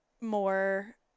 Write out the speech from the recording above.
more